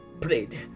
prayed